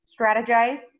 strategize